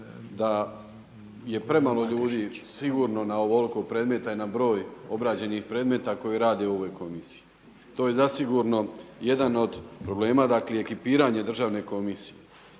da je premalo ljudi sigurno na ovoliko predmeta i na broj obrađenih predmeta koji rade u ovoj komisiji. To je zasigurno jedan od problema, dakle ekipiranje državne komisije